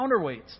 counterweights